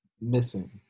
missing